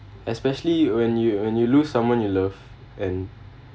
especially when you when you lose someone you love and